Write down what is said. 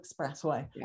expressway